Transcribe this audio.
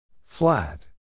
Flat